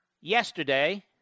yesterday